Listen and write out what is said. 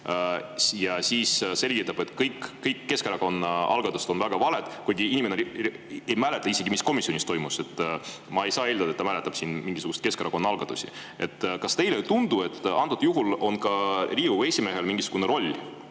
ja siis selgitab, et kõik Keskerakonna algatused on väga valed, kuigi inimene ei mäleta isegi seda, mis komisjonis toimus. Ma ei saa eeldada, et ta mäletab mingisuguseid Keskerakonna algatusi. Kas teile ei tundu, et antud juhul on ka Riigikogu esimehel mingisugune roll?